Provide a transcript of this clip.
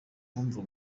numva